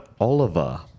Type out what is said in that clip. Oliver